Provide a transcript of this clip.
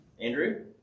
Andrew